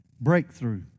Breakthrough